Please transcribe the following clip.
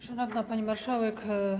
Szanowna Pani Marszałek!